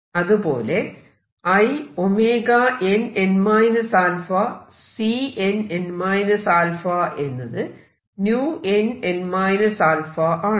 അതുപോലെ in n αCn n α എന്നത് vn n α ആണ്